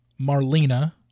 Marlena